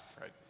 Right